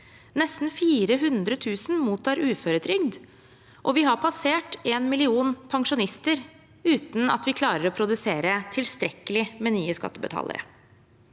Nesten 400 000 mottar uføretrygd, og vi har passert én million pensjonister uten at vi klarer å produsere tilstrekkelig med nye skattebetalere.